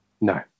No